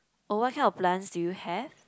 oh what your plants do you have